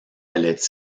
allait